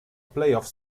playoff